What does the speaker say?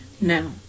now